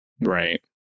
Right